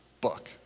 book